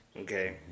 Okay